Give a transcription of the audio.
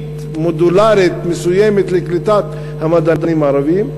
מודולרית מסוימת לקליטת המדענים הערבים,